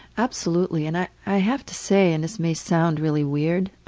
absolutely. and i i have to say, and this may sound really weird,